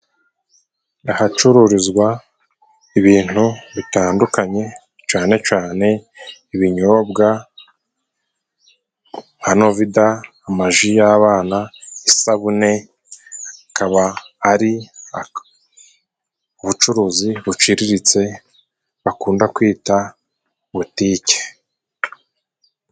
Ahacuruzwa ibintu bitandukanye cane cane ibinyobwa, nka novida, amaji y'abana, isabune ikaba ari ubucuruzi buciriritse bakunda kwita butike.